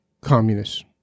communists